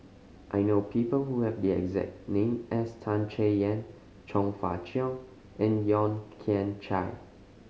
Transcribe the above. I know people who have the exact name as Tan Chay Yan Chong Fah Cheong and Yeo Kian Chai